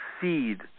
seed